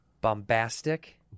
Bombastic